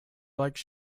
like